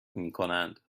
میکنند